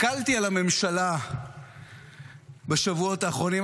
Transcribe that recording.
הסתכלתי על הממשלה בשבועות האחרונים,